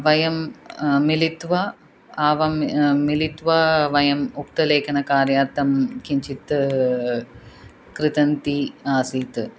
वयं मिलित्वा आवां मिलित्वा वयम् उक्तलेखनकार्यार्थं किञ्चित् कृतन्ती आसीत्